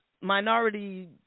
minority